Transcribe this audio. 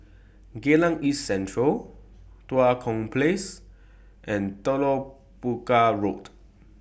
Geylang East Central Tua Kong Place and Telok Paku Road